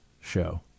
show